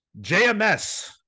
JMS